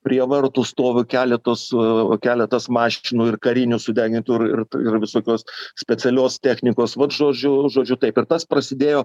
prie vartų stovi keletas keletas mašinų ir karinių sudegintų ir ir visokios specialios technikos vat žodžiu žodžiu taip ir tas prasidėjo